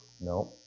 no